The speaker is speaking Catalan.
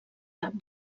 cap